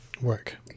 work